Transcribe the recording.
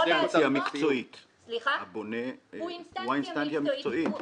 הבונה הוא האינסטנציה המקצועית.